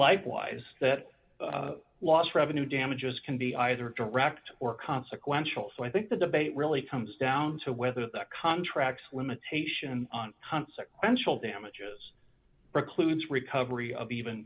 likewise that loss revenue damages can be either direct or consequential so i think the debate really comes down to whether that contract limitation on consequential damages precludes recovery of even